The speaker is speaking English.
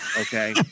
okay